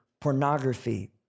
pornography